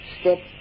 step